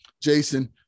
Jason